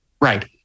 Right